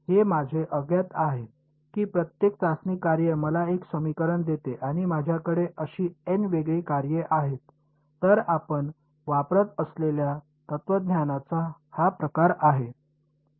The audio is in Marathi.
हे माझे अज्ञात आहे की प्रत्येक चाचणी कार्य मला एक समीकरण देते आणि माझ्याकडे अशी n वेगळी कार्ये आहेत तर आपण वापरत असलेल्या तत्त्वज्ञानाचा हा प्रकार आहे